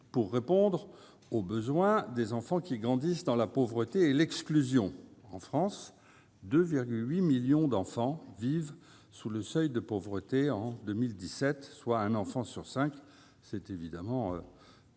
pour répondre aux besoins des enfants qui grandissent dans la pauvreté et l'exclusion. En France, 2,8 millions d'enfants vivaient sous le seuil de pauvreté en 2017, soit un enfant sur cinq. C'est non seulement